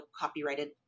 copyrighted